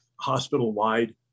hospital-wide